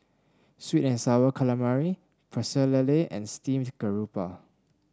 sweet and sour calamari Pecel Lele and Steamed Garoupa